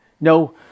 No